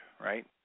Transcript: right